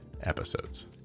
episodes